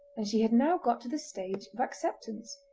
and she had now got to the stage of acceptance.